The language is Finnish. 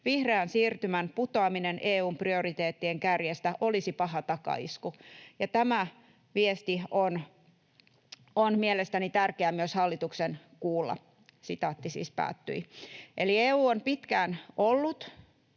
Vihreän siirtymän putoaminen EU:n prioriteettien kärjestä olisi paha takaisku.” Tämä viesti on mielestäni tärkeää myös hallituksen kuulla. Eli EU on pitkään ollut